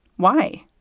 why?